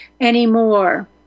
anymore